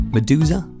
Medusa